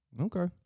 Okay